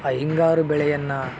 ಆ ಹಿಂಗಾರು ಬೆಳೆಯನ್ನು